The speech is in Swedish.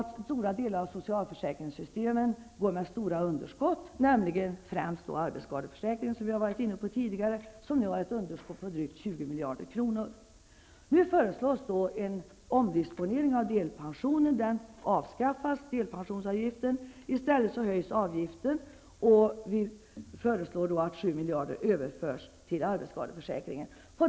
Stora delar av socialförsäkringssystemet går med underskott. Främst gäller detta arbetsskadeförsäkringen, som vi har diskuterat tidigare, som nu har ett underskott på drygt 20 miljarder kronor. Nu föreslås en omdisponering av delpensionen. Delpensionsavgiften avskaffas och i stället höjs avgiften till arbetsskadeförsäkringen. Vi föreslår att 7 miljarder kronor förs över till arbetsskadeförsäkringen.